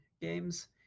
games